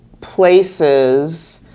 places